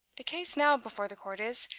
the case now before the court is,